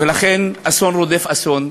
ולכן אסון רודף אסון.